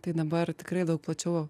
tai dabar tikrai daug plačiau